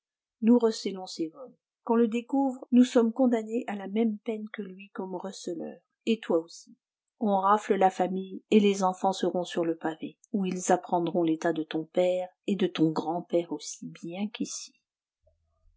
nous recélons ses vols qu'on le découvre nous sommes condamnés à la même peine que lui comme receleurs et toi aussi on rafle la famille et les enfants seront sur le pavé où ils apprendront l'état de ton père et de ton grand-père aussi bien qu'ici